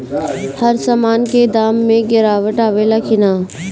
हर सामन के दाम मे गीरावट आवेला कि न?